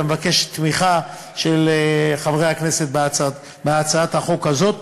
ואני מבקש תמיכה של חברי הכנסת בהצעת החוק הזאת.